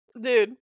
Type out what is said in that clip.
dude